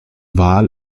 wal